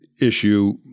issue